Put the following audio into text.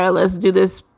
ah let's do this.